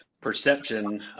perception